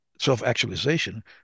Self-actualization